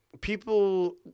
People